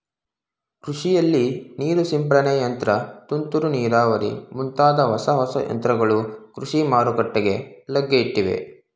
ಕೃಷಿಯಲ್ಲಿ ನೀರು ಸಿಂಪಡನೆ ಯಂತ್ರ, ತುಂತುರು ನೀರಾವರಿ ಮುಂತಾದ ಹೊಸ ಹೊಸ ಯಂತ್ರಗಳು ಕೃಷಿ ಮಾರುಕಟ್ಟೆಗೆ ಲಗ್ಗೆಯಿಟ್ಟಿವೆ